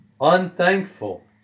unthankful